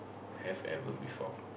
have ever before